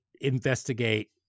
investigate